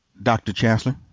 dr. chancellor?